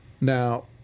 now